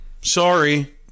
sorry